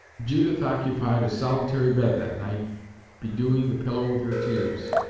judith occupied a solitary bed that night bedewing the pillow with her tears,